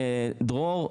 דרור,